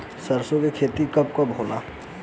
सरसों के खेती कब कब होला?